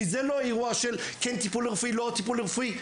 כי זה לא אירוע של כן טיפול רפואי או לא טיפול רפואי.